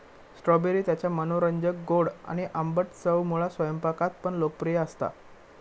strawberry त्याच्या मनोरंजक गोड आणि आंबट चवमुळा स्वयंपाकात पण लोकप्रिय असता